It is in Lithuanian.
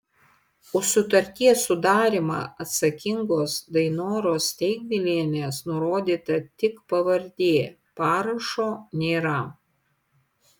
už sutarties sudarymą atsakingos dainoros steigvilienės nurodyta tik pavardė parašo nėra